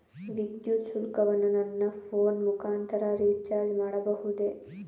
ವಿದ್ಯುತ್ ಶುಲ್ಕವನ್ನು ನನ್ನ ಫೋನ್ ಮುಖಾಂತರ ರಿಚಾರ್ಜ್ ಮಾಡಬಹುದೇ?